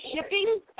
shipping